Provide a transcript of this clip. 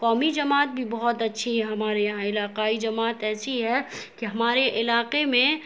قومی جماعت بھی بہت اچھی ہے ہمارے یہاں علاقائی جماعت ایسی ہے کہ ہمارے علاقے میں